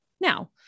now